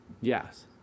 Yes